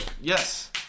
Yes